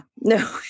no